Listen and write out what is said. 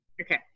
Okay